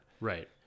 Right